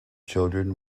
children